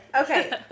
Okay